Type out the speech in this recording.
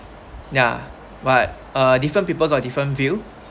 ya but( uh) different people got different view